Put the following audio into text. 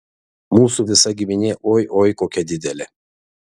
mūsų visa giminė oi oi kokia didelė